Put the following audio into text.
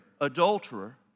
adulterer